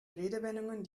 redewendungen